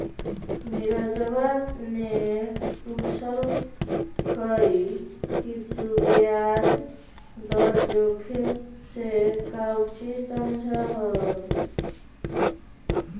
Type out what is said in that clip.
नीरजवा ने पूछल कई कि तू ब्याज दर जोखिम से काउची समझा हुँ?